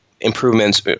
improvements